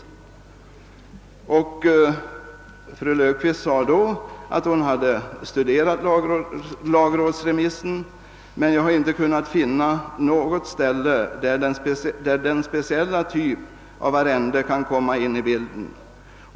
Då sade fru Löfqvist: »Jag har läst den, men jag har inte kunnat finna något ställe där denna speciella typ av arrende kan komma in i bilden.